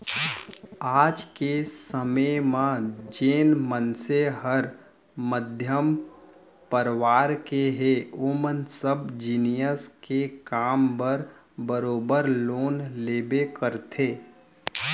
आज के समे म जेन मनसे हर मध्यम परवार के हे ओमन सब जिनिस के काम बर बरोबर लोन लेबे करथे